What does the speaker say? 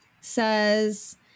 says